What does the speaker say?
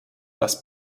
das